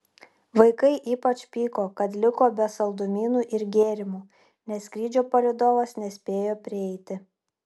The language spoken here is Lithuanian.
vaikai ypač pyko kad liko be saldumynų ir gėrimų nes skrydžio palydovas nespėjo prieiti